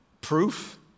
Proof